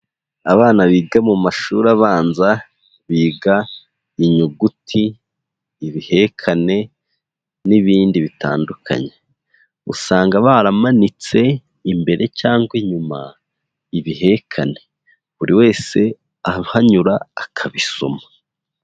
Abana biga mu mashuri abanza, biga inyuguti, ibihekane n'ibindi bitandukanye. Usanga baramanitse imbere cyangwa inyuma ibihekane, buri wese ahanyura akabisoma.